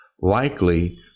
likely